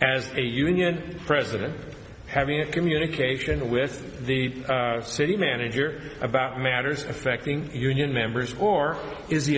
as a union president having a communication with the city manager about matters affecting union members or is he